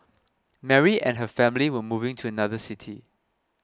Mary and her family were moving to another city